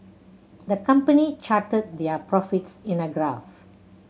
the company charted their profits in a graph